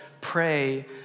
pray